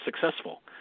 successful